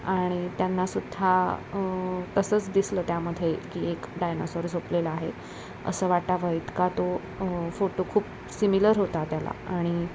आणि त्यांनासुद्धा तसंच दिसलं त्यामध्ये की एक डायनासोर झोपलेला आहे असं वाटावं इतका तो फोटो खूप सिमिलर होता त्याला आणि